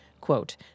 quote